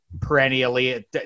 perennially